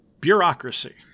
Bureaucracy